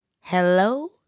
Hello